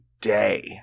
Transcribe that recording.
day